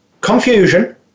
confusion